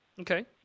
Okay